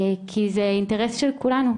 כי זה אינטרס של כולנו.